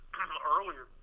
earlier